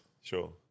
Sure